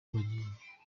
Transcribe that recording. bagiye